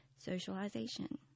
socialization